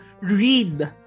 read